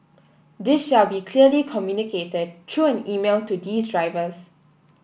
this shall be clearly communicated through an email to these drivers